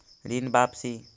ऋण वापसी?